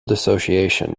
dissociation